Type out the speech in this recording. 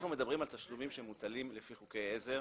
אנחנו מדברים על תשלומים שמוטלים לפי חוקי עזר